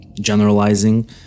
generalizing